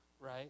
Right